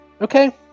Okay